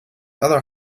other